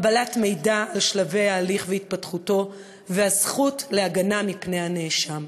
קבלת מידע על שלבי ההליך והתפתחותו והזכות להגנה מפני הנאשם.